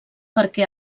perquè